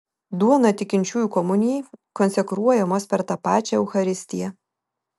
duona tikinčiųjų komunijai konsekruojamos per tą pačią eucharistiją